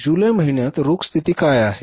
जुलै महिन्यात रोख स्थिती काय आहे